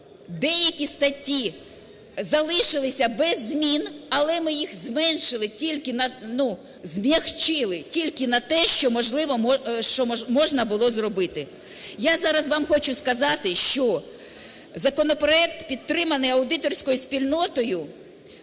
деякі статті залишилися без змін, але ми їх зменшили тільки, зм'якшили тільки на те, що можливо, що можна було зробити. Я зараз вам хочу сказати, що законопроект, підтриманий аудиторською спільнотою,